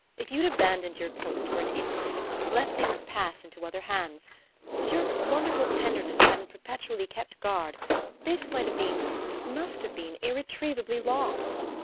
if you'd abandoned your post for an instant let things pass into other hands if your wonderful tenderness hadn't perpetually kept guard this might have been must have been irretrievably lost.